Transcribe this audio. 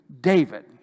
David